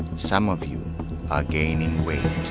some of you are gaining weight.